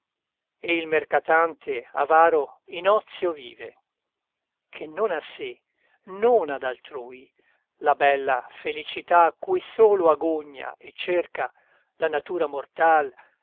e il mercatante avaro in ozio vive che non a sé non ad altrui la bella felicità cui solo agogna e cerca la natura mortal